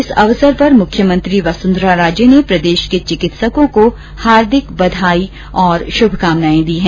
इस अवसर पर मुख्यमंत्री वसुन्धरा राजे ने प्रदेश के चिकित्सकों को हार्दिक बधाई और शुभकामनाए दी हैं